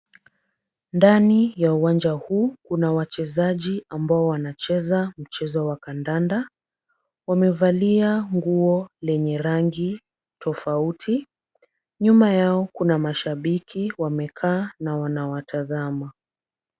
Ndani ya uwanja huu kuna wachezaji ambao wanacheza mchezo wa kandanda. Wamevalia nguo lenye rangi tofauti. Nyuma yao kuna mashabiki wamekaa na wanawatazama.